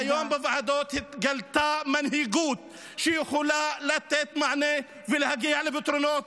והיום בוועדות התגלתה מנהיגות שיכולה לתת מענה ולהגיע לפתרונות.